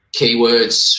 keywords